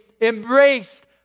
embraced